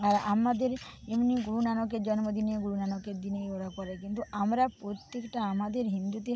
আর আমাদের এমনি গুরু নানকের জন্মদিনে গুরু নানকের দিনেই ওরা করে কিন্তু আমরা প্রত্যেকটা আমাদের হিন্দুদের